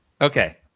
Okay